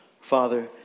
Father